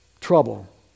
trouble